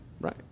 Right